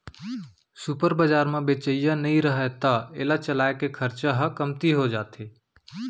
super बजार म बेचइया नइ रहय त एला चलाए के खरचा ह कमती हो जाथे